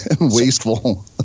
Wasteful